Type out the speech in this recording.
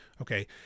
okay